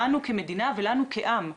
לנו כמדינה ולנו כעם,